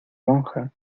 monja